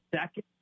second